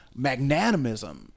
magnanimism